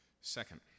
Second